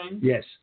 yes